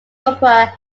opera